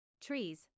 Trees